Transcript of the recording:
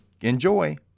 Enjoy